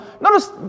notice